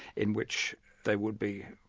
in which they would be,